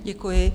Děkuji.